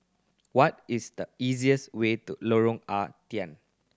what is the easiest way to Lorong Ah Thia